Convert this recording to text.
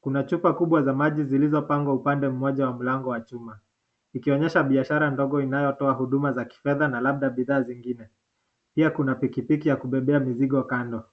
Kuna chupa kubwa za maji zilizopangwa upande moja wa mlango wa chuma, ikionyesha biashara ndogo inayotoa huduma za kifedha na labda bidhaa zingine. Pia kuna pikipiki ya kubebea mizigo kando.